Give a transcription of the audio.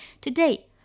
Today